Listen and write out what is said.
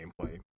gameplay